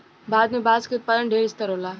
भारत में बांस के उत्पादन ढेर स्तर होला